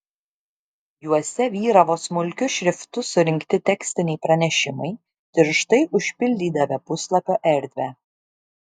juose vyravo smulkiu šriftu surinkti tekstiniai pranešimai tirštai užpildydavę puslapio erdvę